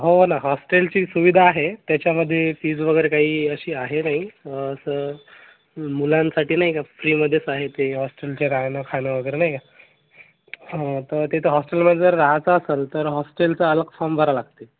हो ना हॉस्टेलची सुविधा आहे त्याच्यामध्ये फीज वगैरे काही अशी आहे नाही असं मुलांसाठी नाही का फ्रीमध्येच आहे ते हॉस्टेलचे राहणं खाणं वगैरे नाही का हां तर तिथं हॉस्टेलमध्ये जर राहायचं असेल तर हॉस्टेलचा अलग फॉर्म भरावा लागते